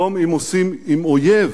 שלום עושים עם אויב,